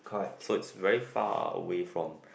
so it's very far away from